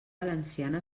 valenciana